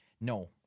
No